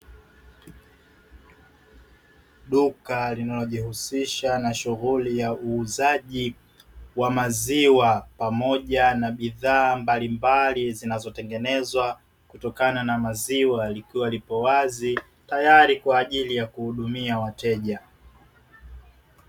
Duka linalojihusisha na shughuli ya uuzaji wa maziwa pamoja na bidhaa mbalimbali zinazotengenezwa kutokana na maziwa, likiwa lipo wazi tayari kwa ajili ya kuhudumia wateja.